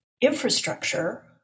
infrastructure